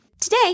Today